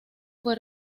fue